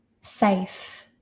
safe